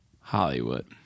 Hollywood